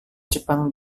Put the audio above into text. jepang